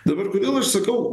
dabar kodėl aš sakau